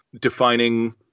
defining